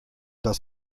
das